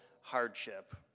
hardship